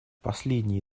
последние